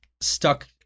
stuck